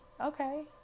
Okay